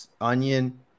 onion